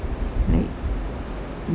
like